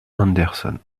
henderson